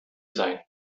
sein